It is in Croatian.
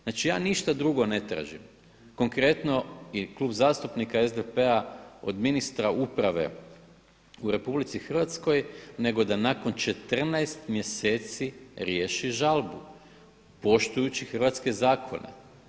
Znači ja ništa drugo ne tražim, konkretno i Klub zastupnika SDP-a od ministra uprave u RH nego da nakon 14 mjeseci riješi žalbu poštujući hrvatske zakone.